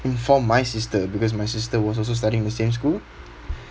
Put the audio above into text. inform my sister because my sister was also studying the same school